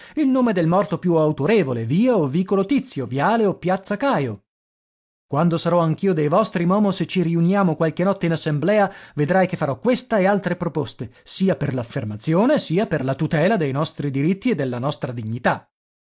il nome del morto più autorevole via o vicolo tizio viale o piazza cajo quando sarò anch'io dei vostri momo se ci riuniamo qualche notte in assemblea vedrai che farò questa e altre proposte sia per l'affermazione sia per la tutela dei nostri diritti e della nostra dignità